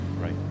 right